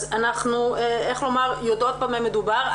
אז אנחנו, איך לומר, יודעות במה מדובר.